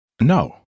no